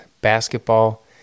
basketball